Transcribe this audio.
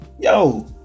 Yo